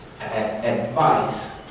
advice